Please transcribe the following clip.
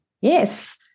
yes